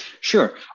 Sure